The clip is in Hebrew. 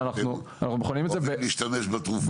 אבל אתה צריך להשתמש בתרופה.